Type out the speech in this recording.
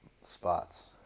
spots